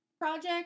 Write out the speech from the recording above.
project